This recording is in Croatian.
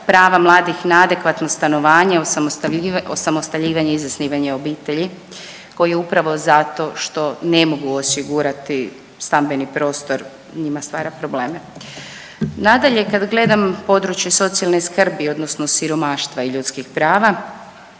prava mladih na adekvatno stanovanje, osamostaljivanje i zasnivanje obitelji koji upravo zato što ne mogu osigurati stambeni prostor njima stvara probleme. Nadalje kad gledam područje socijalne skrbi, odnosno siromaštva i ljudskih prava